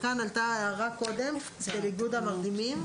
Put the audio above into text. כאן עלתה קודם הערה של איגוד המרדימים.